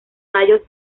tallos